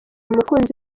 umukunzi